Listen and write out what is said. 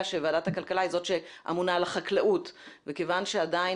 שוועדת הכלכלה היא זאת שאמונה על החקלאות וכיוון שעדיין